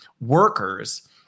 workers